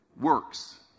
works